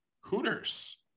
Hooters